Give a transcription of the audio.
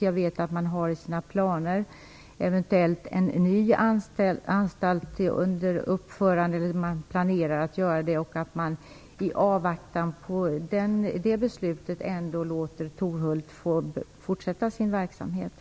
Jag vet att det finns planer på att eventuellt uppföra en ny anstalt, men jag hoppas att man i avvaktan på det beslutet ändå låter verksamheten i Torhult få fortsätta.